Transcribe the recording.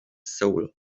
soul